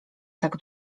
tak